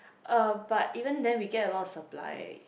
uh but even then we get a lot of supply